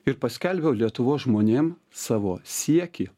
ir paskelbiau lietuvos žmonėm savo siekį